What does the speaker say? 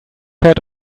pad